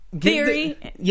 Theory